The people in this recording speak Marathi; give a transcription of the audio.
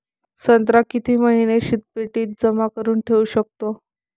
संत्रा किती महिने शीतपेटीत जमा करुन ठेऊ शकतो?